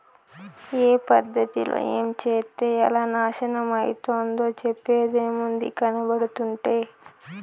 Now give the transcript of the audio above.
ఏ పద్ధతిలో ఏంచేత్తే ఎలా నాశనమైతందో చెప్పేదేముంది, కనబడుతంటే